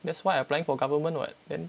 that's why I applying for government [what] then